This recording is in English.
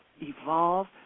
evolve